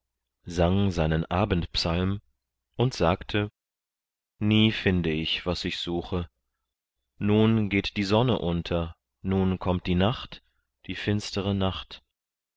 sang seinen abendpsalm und sagte nie finde ich was ich suche nun geht die sonne unter nun kommt die nacht die finstere nacht